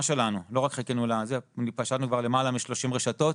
שלנו פשטנו כבר על למעלה מ-30 רשתות,